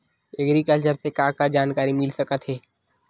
Agriculture से का का जानकारी मिल सकत हे?